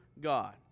God